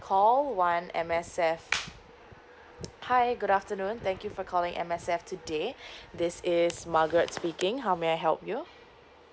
call one M_S_F hi good afternoon thank you for calling M_S_F today this is margaret speaking how may I help you